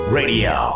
radio